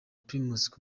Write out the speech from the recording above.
primus